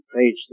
Page